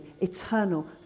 eternal